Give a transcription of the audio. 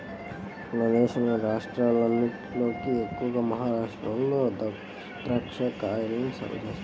మన దేశంలోని రాష్ట్రాలన్నటిలోకి ఎక్కువగా మహరాష్ట్రలో దాచ్చాకాయల్ని సాగు చేత్తన్నారు